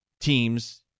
teams